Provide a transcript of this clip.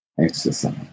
exercise